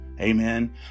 amen